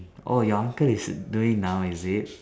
oh your uncle is doing now is it